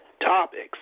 topics